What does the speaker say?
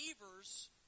believers